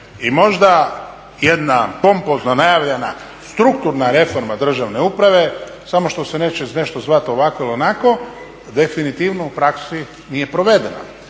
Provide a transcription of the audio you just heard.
i možda jedna pompozno najavljena strukturna reforma državne uprave samo što se neće nešto zvati ovako ili onako definitivno u praksi nije provedena.